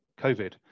COVID